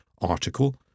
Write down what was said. article